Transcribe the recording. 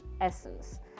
essence